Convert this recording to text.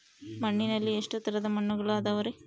ಮಣ್ಣಿನಲ್ಲಿ ಎಷ್ಟು ತರದ ಮಣ್ಣುಗಳ ಅದವರಿ?